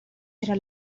era